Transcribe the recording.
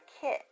kit